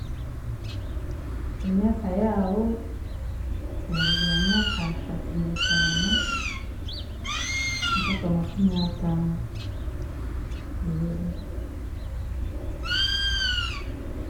Emyaka yaabo eraruga ahamyaka ashatu n’etaano mpaka makunyataano.